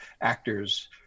actors